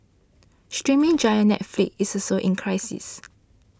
streaming giant Netflix is also in crisis